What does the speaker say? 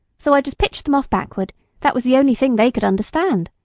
so i just pitched them off backward that was the only thing they could understand.